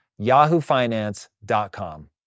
yahoofinance.com